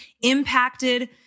impacted